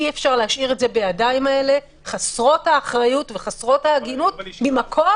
אי-אפשר להשאיר את זה בידיים האלה חסרות האחריות וחסרות ההגינות מקום